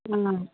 ꯎꯝ